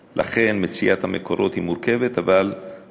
לכן מציאת המקומות היא מורכבת, אבל אתה צודק.